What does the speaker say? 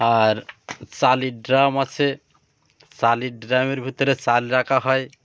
আর চালের ড্রাম আছে চালের ড্রামের ভিতরে চাল রাখা হয়